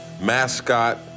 mascot